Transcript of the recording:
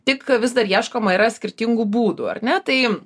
tik vis dar ieškoma yra skirtingų būdų ar ne tai